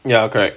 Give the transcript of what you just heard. ya correct